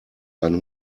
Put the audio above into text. einen